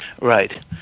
right